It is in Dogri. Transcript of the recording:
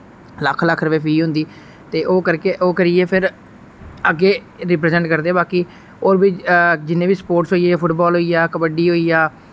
लक्ख लक्ख रपे फी होंदी ते ओह् करके ओह् करियै फिर अग्गै रिप्रेजेंट करदे बाकि और बी जिन्ने बी स्पोर्ट्स होइये फुटबाल होइया कबड्डी होइया